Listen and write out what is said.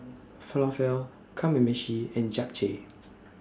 Falafel Kamameshi and Japchae